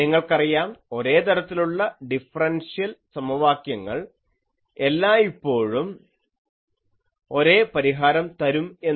നിങ്ങൾക്കറിയാം ഒരേ തരത്തിലുള്ള ഡിഫ്രെൻഷ്യൽ സമവാക്യങ്ങൾ എല്ലായ്പ്പോഴും ഒരേ പരിഹാരം തരും എന്ന്